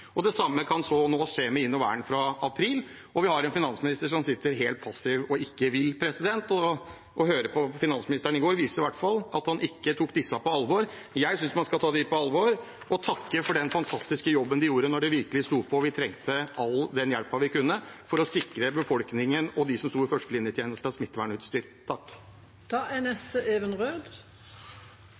Det samme kan nå skje med Innovern fra april, og vi har en finansminister som sitter helt passiv og ikke vil. Det man hørte fra finansministeren i går, viste i hvert fall at han ikke tok disse på alvor. Jeg synes man skal ta dem på alvor og takke for den fantastiske jobben de gjorde da det virkelig sto på og vi trengte all den hjelpen vi kunne få, for å sikre befolkningen og dem som sto i førstelinjetjenesten, smittevernutstyr. Det vi gjør i denne runden, er